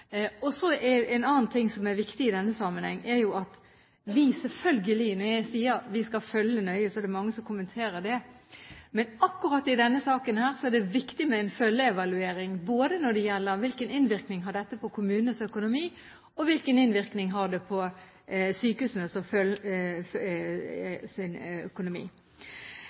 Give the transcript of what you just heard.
og så vil de tjenestene som ikke kan utføres i kommunene, utføres i sykehusene. Men kommunene har et veldig klart ansvar, både for å inngå disse avtalene og for pasientene. Når jeg sier at vi skal følge nøye, er det selvfølgelig mange som kommenterer det. Men akkurat i denne saken er det viktig med en følgeevaluering både når det gjelder hvilken innvirkning dette har på kommunenes økonomi, og hvilken innvirkning det har på sykehusenes økonomi.